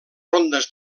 rondes